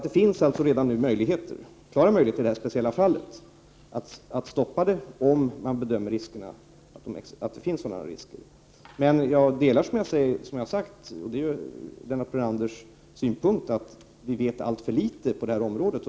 Det finns alltså redan nu stora möjligheter att i det här speciella fallet stoppa utsädet om man bedömer riskerna för stora. Som jag sade delar jag Lennart Brunanders synpunkt att vi vet alltför litet på det här området.